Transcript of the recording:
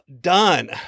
done